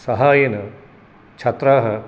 साहाय्येन छात्राः